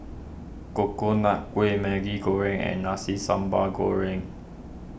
Coconut Kuih Maggi Goreng and Nasi Sambal Goreng